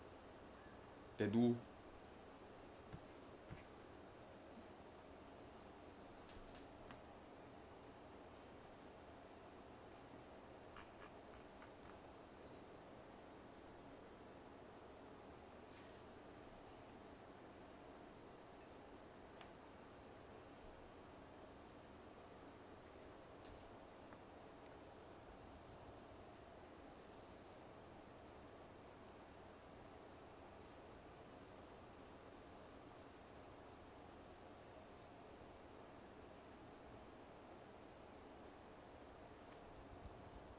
they do